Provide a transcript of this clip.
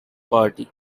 party